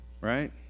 right